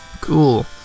Cool